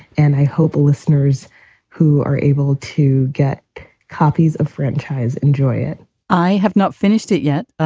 and i hope listeners who are able to get copies of franchise enjoy it i have not finished it yet,